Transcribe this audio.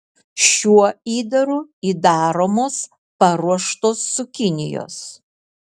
šiuo įdaru įdaromos paruoštos cukinijos